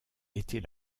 était